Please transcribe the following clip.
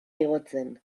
igotzen